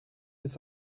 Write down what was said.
its